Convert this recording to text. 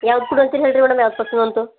ಯಾವ್ದು ಕೊಡಂತಿರಿ ಹೇಳಿರಿ ಮೇಡಮ್ ನಾವದು ಕೊಡ್ತೀವಂತು